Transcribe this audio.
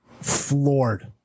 floored